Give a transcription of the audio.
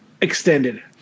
extended